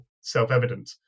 self-evident